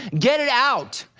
get it out.